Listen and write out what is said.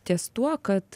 ties tuo kad